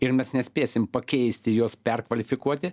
ir mes nespėsim pakeisti jos perkvalifikuoti